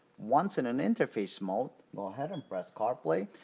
once in and interface mode, go ahead and press carplay.